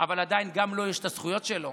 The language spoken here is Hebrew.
אבל עדיין גם לו יש את הזכויות שלו,